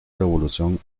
revolución